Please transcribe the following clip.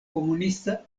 komunista